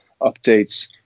updates